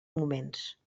moments